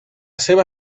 seva